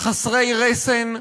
חסרי רסן,